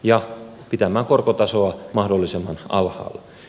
ja pitämään korkotasoa mahdollisimman alhaalla